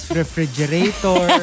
refrigerator